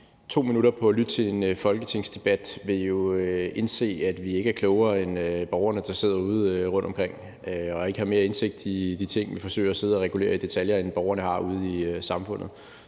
2 minutter på at lytte til en folketingsdebat, vil jo indse, at vi ikke er klogere end borgerne, der sidder udeomkring, og ikke har mere indsigt i de ting, vi forsøger at sidde og regulere i detaljer, end borgerne ude i samfundet